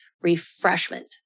refreshment